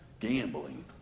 gambling